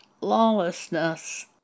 lawlessness